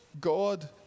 God